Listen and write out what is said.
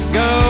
go